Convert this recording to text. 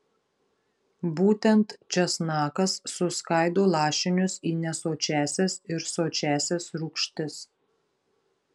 būtent česnakas suskaido lašinius į nesočiąsias ir sočiąsias rūgštis